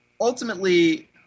ultimately